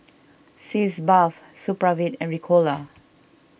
Sitz Bath Supravit and Ricola